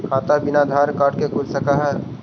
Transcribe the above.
खाता बिना आधार कार्ड के खुल सक है?